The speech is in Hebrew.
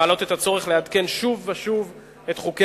המעלות את הצורך לעדכן שוב ושוב את חוקי